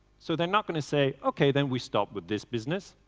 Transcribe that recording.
so they're not going to say, ok, then we stop with this business,